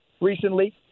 Recently